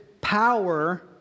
power